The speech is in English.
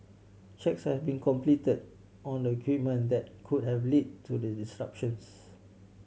checks have been completed on the equipment that could have led to the disruptions